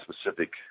specific